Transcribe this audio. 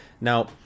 now